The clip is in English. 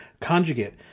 conjugate